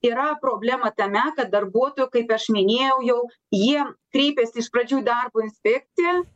yra problema tame kad darbuotojo kaip aš minėjau jau jie kreipiasi iš pradžių į darbo inspekciją